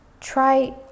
try